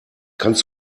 kannst